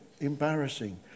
embarrassing